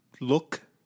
look